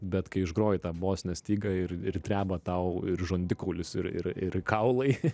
bet kai išgroji tą bosinę stygą ir ir dreba tau ir žandikaulis ir ir ir kaulai